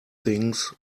things